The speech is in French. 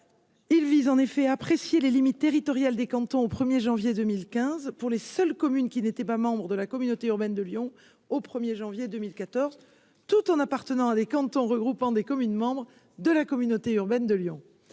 Il vise en effet apprécier les limites territoriales des cantons au 1er janvier 2015 pour les seules communes qui n'était pas membre de la communauté urbaine de Lyon au 1er janvier 2014 tout en appartenant à des cantons regroupant des communes membres de la communauté urbaine de Lyon,